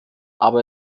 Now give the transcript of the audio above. aber